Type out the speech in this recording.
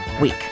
week